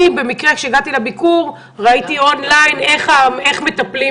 כאשר הגעתי לביקור ראיתי און-ליין איך מטפלים